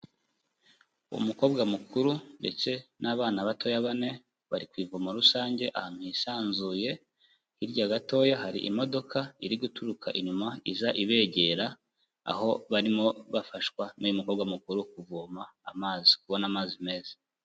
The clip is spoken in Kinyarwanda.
Umukobwa mukuru ndetse n'abana batoya bane bari ku ivoma rusange ahantu musanzuye, hirya gatoya hari imodoka iri guturuka inyuma iza ibegera aho barimo bafashwa n'uyu mukobwa mukuru kuvoma amazi, kubona amazi meza.